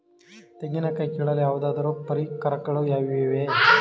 ತೆಂಗಿನ ಕಾಯಿ ಕೀಳಲು ಯಾವುದಾದರು ಪರಿಕರಗಳು ಇವೆಯೇ?